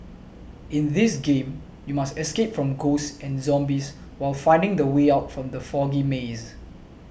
in this game you must escape from ghosts and zombies while finding the way out from the foggy maze